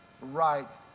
right